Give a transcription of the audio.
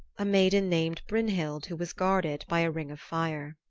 a maiden named brynhild who was guarded by a ring of fire.